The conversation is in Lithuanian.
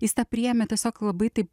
jis tą priėmė tiesiog labai taip